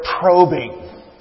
probing